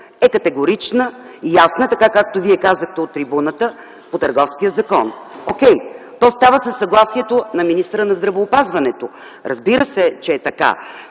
е категорична и ясна, както Вие казахте от трибуната, по Търговския закон. Окей, това става със съгласието на министъра на здравеопазването. Разбира се, че е така.